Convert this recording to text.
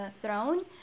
throne